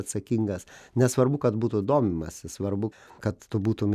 atsakingas nesvarbu kad būtų domimasi svarbu kad tu būtum